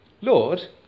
lord